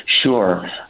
Sure